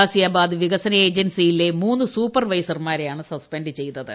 ഗാസിയാബാദ് വികസന ഏജൻസിയിലെ മൂന്ന് സൂപ്പർവൈസർമാരെയാണ് സസ്പെൻഡ് ചെയ്തത്